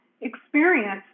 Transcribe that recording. experience